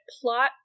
plot